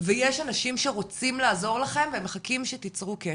ויש אנשים שרוצים לעזור לכם והם מחכים שתצרו קשר.